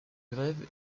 grève